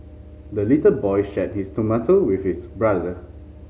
the little boy shared his tomato with his brother